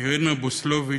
אירינה בוסלוביץ,